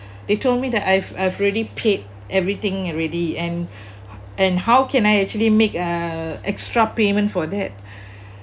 they told me that I've I've already paid everything already and and how can I actually make a extra payment for that